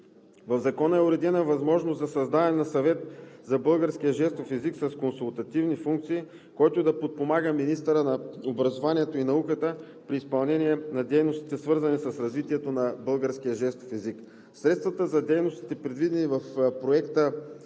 В Закона е уредена възможност за създаване на Съвет за българския жестов език с консултативни функции, който да подпомага министъра на образованието и науката при изпълнение на дейностите, свързани с развитието на българския жестов език. Средствата за дейностите, предвидени в Законопроекта,